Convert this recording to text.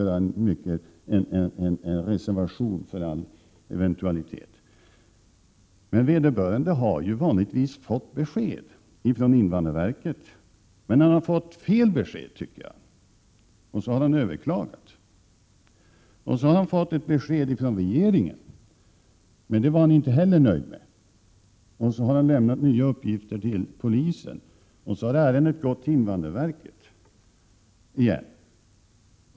Den asylsökande har vanligtvis fått besked från invandrarverket. Men han tycker att han har fått fel besked, och så har han överklagat. Sedan har han fått ett besked från regeringen som han inte heller är nöjd med. Därefter har han lämnat nya uppgifter till polisen, och ärendet har gått till invandrarverket igen.